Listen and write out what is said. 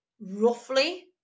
roughly